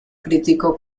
criticó